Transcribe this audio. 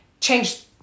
change